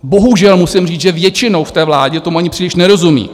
Bohužel musím říct, že většinou v té vládě tomu ani příliš nerozumí.